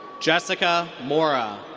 jessica mora.